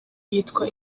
yitwa